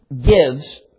gives